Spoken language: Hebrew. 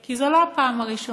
כי זו לא הפעם הראשונה